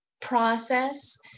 process